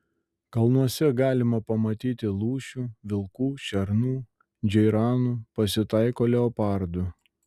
kalnuose galima pamatyti lūšių vilkų šernų džeiranų pasitaiko leopardų